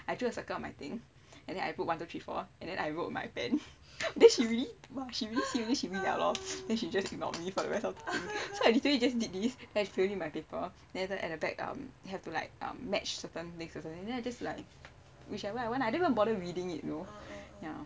I drew a circle on my thing and then I put one two three four and then I wrote my pen then she really see me she win liao lor then she just ignore me for the rest of the so literally just did this and fill in my paper then at the back um have to like um match certain things then I'm just like whichever I want ah I don't even bother reading it you know ya